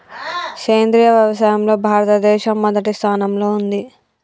సేంద్రియ వ్యవసాయంలో భారతదేశం మొదటి స్థానంలో ఉంది